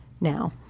now